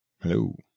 Hello